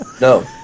No